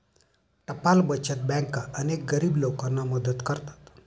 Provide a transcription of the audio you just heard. टपाल बचत बँका अनेक गरीब लोकांना मदत करतात